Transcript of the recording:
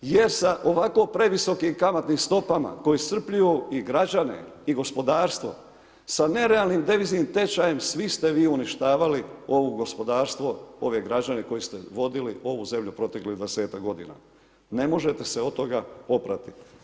Jer sa ovako previsokim kamatnim stopama, koje iscrpljuju i građane i gospodarstvom sa nerealnim deviznim tečajem, svi ste vi uništavali ovo gospodarstvo, ove građane koju ste vodili ovu zemlju proteklih 20-tak g. Ne možete se od toga oprati.